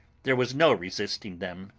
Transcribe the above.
there was no resisting them,